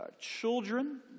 children